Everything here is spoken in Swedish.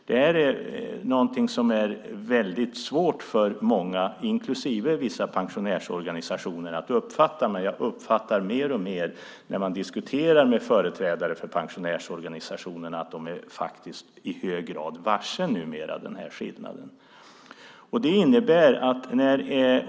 Det här är någonting som är väldigt svårt för många, inklusive vissa pensionärsorganisationer att inse, men jag uppfattar mer och mer när man diskuterar med företrädare för pensionärsorganisationerna att de faktiskt i hög grad är varse den här skillnaden.